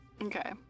Okay